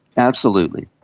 absolutely.